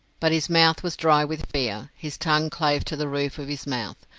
but his mouth was dry with fear, his tongue clave to the roof of his mouth,